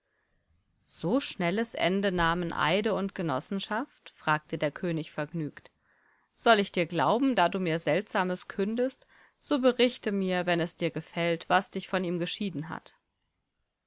so schnelles ende nahmen eide und genossenschaft fragte der könig vergnügt soll ich dir glauben da du mir seltsames kündest so berichte mir wenn es dir gefällt was dich von ihm geschieden hat